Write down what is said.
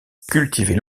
cultiver